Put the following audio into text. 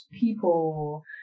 people